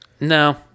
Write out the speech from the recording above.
No